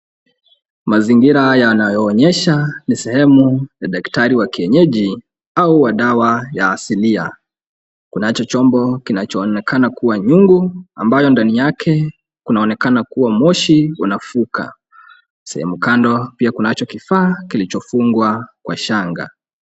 Mazingira haya yanaonyesha ni sehemu ya daktari wa kienyeji au wa dawa ya asilia. Kunacho chombo kinachoonekana kuwa chungu, ambayo ndani yake kunaonekana kuwa moshi unafuka. Sehemu kando pia kunacho kifaa kuilichofungwa kwa shanga.